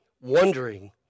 wondering